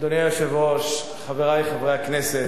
אדוני היושב-ראש, חברי חברי הכנסת,